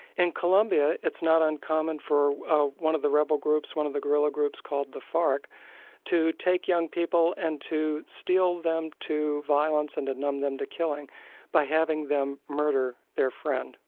in columbia, it's not uncommon for ah one of the rebel groups, one of the guerrilla groups called the farc to take young people and to steel them to violence and to numb them to killing by having them murder their friend.